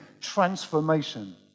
transformation